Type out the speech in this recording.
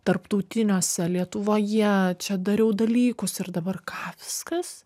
tarptautiniuose lietuvoje čia dariau dalykus ir dabar ką viskas